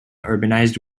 urbanized